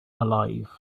alive